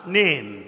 name